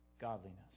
godliness